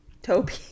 Toby